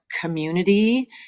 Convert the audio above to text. community